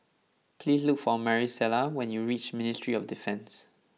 please look for Marisela when you reach Ministry of Defence